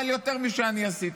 אבל יותר ממה שאני עשיתי.